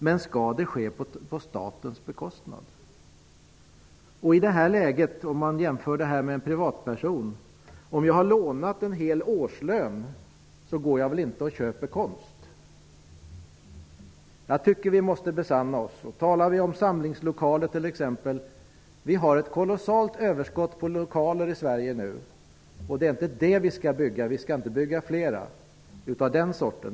Men skall det ske på statens bekostnad? Vi kan göra en jämförelse med en privatperson. Om jag har lånat en hel årslön, så går jag väl inte och köper konst. Jag tycker att vi måste besinna oss. Det har talats om behovet av samlingslokaler. I Sverige har vi i dag ett stort överskott på lokaler. Vi skall inte bygga fler lokaler av det slaget.